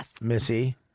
Missy